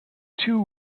two